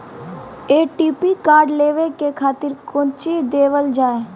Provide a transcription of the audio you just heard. ATM card लेवे के खातिर कौंची देवल जाए?